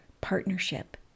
partnership